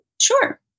Sure